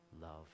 love